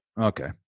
Okay